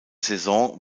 saison